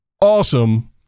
awesome